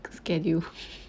schedule